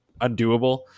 undoable